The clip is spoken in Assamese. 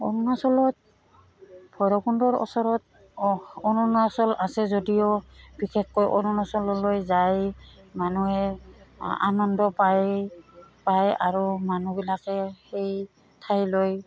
অৰুণাচলত ভৈৰৱকুণ্ডৰ ওচৰত অৰুণাচল আছে যদিও বিশেষকৈ অৰুণাচললৈ যাই মানুহে আনন্দ পায় পায় আৰু মানুহবিলাকে সেই ঠাইলৈ